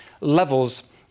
levels